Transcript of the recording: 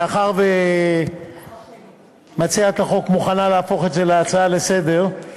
מאחר שמציעת החוק מוכנה להפוך את זה להצעה לסדר-היום,